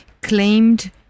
Claimed